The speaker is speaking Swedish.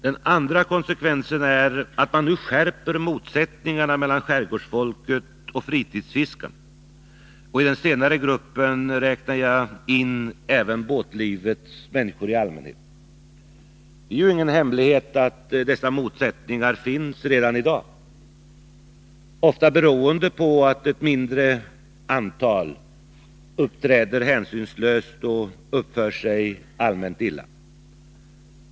Den andra konsekvensen är att man nu skärper motsättningarna mellan skärgårdsfolket och fritidsfiskarna. Och i den senare gruppen räknar jag in även båtlivets människor. Det är ingen hemlighet att dessa motsättningar redan i dag finns. Ofta beror de på att ett mindre antal uppträder hänsynslöst och uppför sig allmänt illa.